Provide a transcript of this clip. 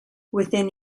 within